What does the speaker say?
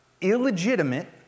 illegitimate